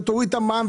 וגם הורדת המע"מ,